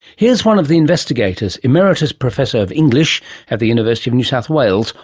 here's one of the investigators, emeritus professor of english at the university of new south wales,